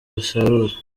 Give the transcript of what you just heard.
basarura